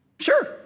Sure